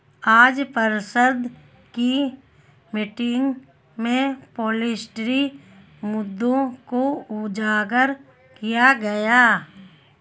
आज पार्षद की मीटिंग में पोल्ट्री मुद्दों को उजागर किया गया